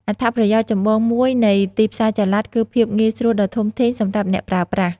អត្ថប្រយោជន៍ចម្បងមួយនៃទីផ្សារចល័តគឺភាពងាយស្រួលដ៏ធំធេងសម្រាប់អ្នកប្រើប្រាស់។